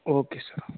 okay sir